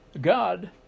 God